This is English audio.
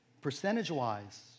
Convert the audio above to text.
percentage-wise